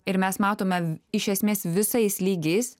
ir mes matome iš esmės visais lygiais